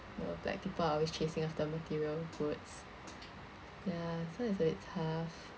know like people are always chasing after material goods ya so it's a bit tough